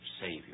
Savior